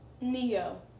Neo